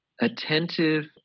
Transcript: attentive